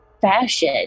fashion